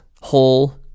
whole